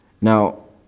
Now